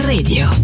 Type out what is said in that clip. Radio